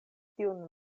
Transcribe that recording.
tiun